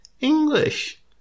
English